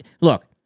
Look